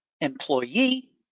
employee